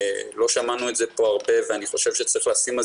לא שמענו את זה פה הרבה ואני חושב שצריך לשים על